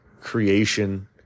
creation